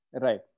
right